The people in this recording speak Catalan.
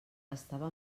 estava